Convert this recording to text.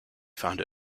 found